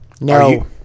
No